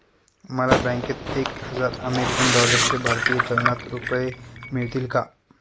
मला बँकेत एक हजार अमेरीकन डॉलर्सचे भारतीय चलनात रुपये मिळतील का?